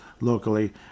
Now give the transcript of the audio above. locally